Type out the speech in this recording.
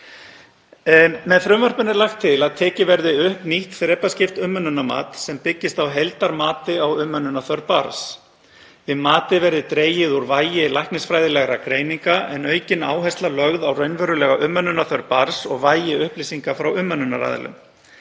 Með frumvarpinu er lagt til að tekið verði upp nýtt þrepaskipt umönnunarmat sem byggist á heildarmati á umönnunarþörf barns. Við matið verði dregið úr vægi læknisfræðilegra greininga en aukin áhersla lögð á raunverulega umönnunarþörf barns og vægi upplýsinga frá umönnunaraðila.